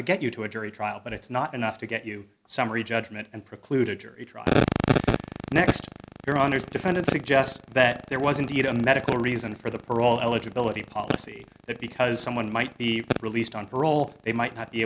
to get you to a jury trial but it's not enough to get you summary judgment and preclude a jury trial next defendant suggest that there was indeed a medical reason for the parole eligibility policy that because someone might be released on parole they might not be